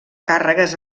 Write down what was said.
càrregues